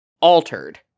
altered